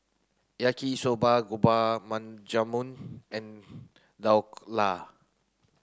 Yaki Soba Gulab Jamun and Dhokla